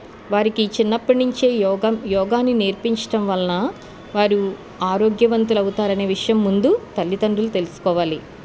వారికి చిన్నప్పటి నుంచే యోగం యోగాని నేర్పించడం వలన వారు ఆరోగ్యవంతులు అవుతారనే విషయం ముందు తల్లిదండ్రులు తెలుసుకోవాలి